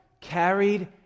carried